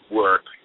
work